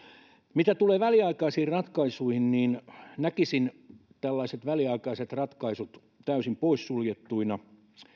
mitä tulee väliaikaisiin ratkaisuihin niin näkisin tällaiset väliaikaiset ratkaisut täysin pois suljettuina